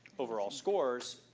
overall scores,